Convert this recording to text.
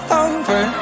over